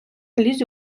лізь